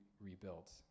rebuilt